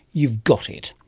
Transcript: you've got it.